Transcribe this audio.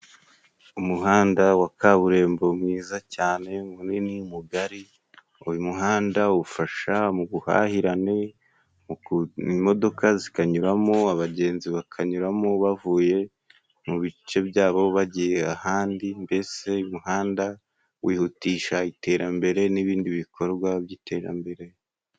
Umuhanda wa kaburimbo mwiza cyane, munini, mugari. Uyu muhanda ufasha mu buhahirane, imodoka zikanyuramo, abagenzi bakanyuramo bavuye mu bice byabo bagiye ahandi. Mbese, umuhanda wihutisha iterambere n’ibindi bikorwa by’iterambere.